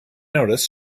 notice